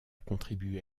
contribué